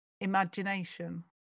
imagination